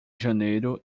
janeiro